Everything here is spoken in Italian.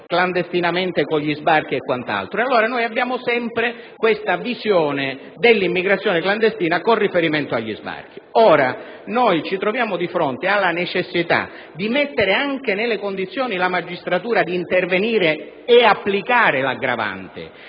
clandestinamente con gli sbarchi e quant'altro, mentre abbiamo sempre questa visione dell'immigrazione clandestina con riferimento agli sbarchi. Ora, ci troviamo di fronte alla necessità di mettere anche la magistratura nelle condizioni di intervenire e applicare l'aggravante.